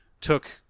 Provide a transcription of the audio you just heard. took